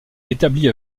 établie